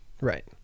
Right